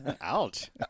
Ouch